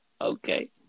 Okay